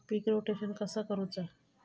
पीक rotation कसा करूचा?